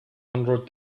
hundred